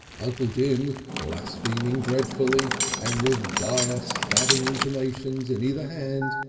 uncle jim, blaspheming dreadfully and with dire stabbing intimations in either hand,